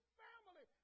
family